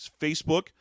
Facebook